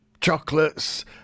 chocolates